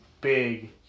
big